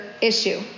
issue